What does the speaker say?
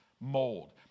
mold